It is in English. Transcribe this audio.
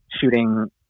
shooting